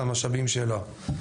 והמשאבים שלה.